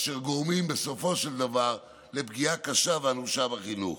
אשר גורמים בסופו של דבר לפגיעה קשה ואנושה בחינוך.